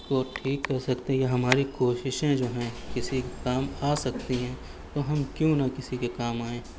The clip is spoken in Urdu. کو ٹھیک کر سکتے یا ہماری کوششیں جو ہیں کسی کے کام آ سکتی ہیں تو ہم کیوں نہ کسی کے کام آئیں